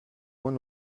moins